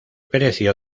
precio